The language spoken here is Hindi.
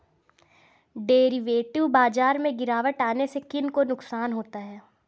डेरिवेटिव बाजार में गिरावट आने से किन को नुकसान होता है?